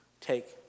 Take